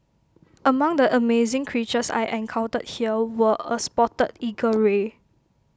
among the amazing creatures I encountered here were A spotted eagle ray